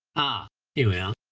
ah here we are.